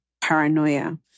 paranoia